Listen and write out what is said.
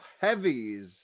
heavies